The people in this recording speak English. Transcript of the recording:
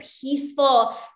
peaceful